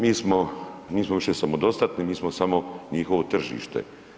Mi smo, nismo više samodostatni, mi smo samo njihovo tržite.